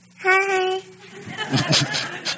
Hi